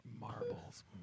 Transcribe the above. Marbles